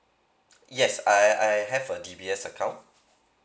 yes I I have a D B S account